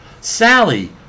Sally